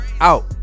out